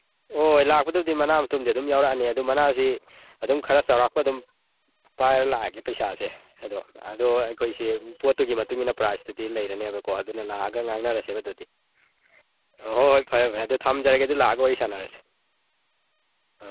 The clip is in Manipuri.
ꯍꯣꯏ ꯂꯥꯛꯄꯗꯕꯨꯗꯤ ꯃꯅꯥ ꯃꯊꯨꯝꯗꯤ ꯑꯗꯨꯝ ꯌꯥꯎꯔꯛꯑꯅꯤ ꯑꯗꯨ ꯃꯅꯥꯁꯤ ꯑꯗꯨꯝ ꯈꯔ ꯆꯧꯔꯥꯛꯄ ꯑꯗꯨꯝ ꯄꯥꯏꯔ ꯂꯥꯛꯑꯒꯦ ꯄꯩꯁꯥꯁꯦ ꯑꯗꯣ ꯑꯗꯣ ꯑꯩꯈꯣꯏꯁꯤ ꯄꯣꯠꯇꯨꯒꯤ ꯃꯇꯨꯡꯏꯟꯅ ꯄ꯭ꯔꯥꯏꯁꯇꯨꯗꯤ ꯂꯩꯔꯅꯦꯕꯀꯣ ꯑꯗꯨꯅ ꯂꯥꯛꯑꯒ ꯉꯥꯡꯅꯔꯁꯦꯕ ꯑꯗꯨꯗꯤ ꯑꯣ ꯍꯣꯏ ꯍꯣꯏ ꯐꯔꯦ ꯐꯔꯦ ꯑꯗꯨ ꯊꯝꯖꯔꯒꯦ ꯑꯗꯨ ꯂꯥꯛꯑꯒ ꯋꯥꯔꯤ ꯁꯥꯟꯅꯔꯁꯤ ꯑꯥ